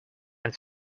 that